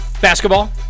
Basketball